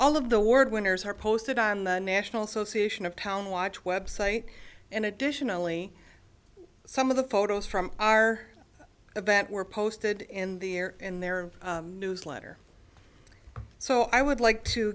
all of the award winners are posted on the national association of town watch website and additionally some of the photos from our event were posted in the air in their newsletter so i would like to